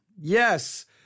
Yes